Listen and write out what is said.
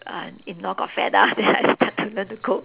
uh in law got fed up then I start to learn to cook